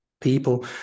people